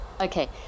Okay